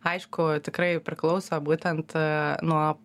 aišku tikrai priklauso būtent aa nuo